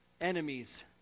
enemies